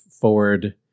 forward